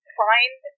find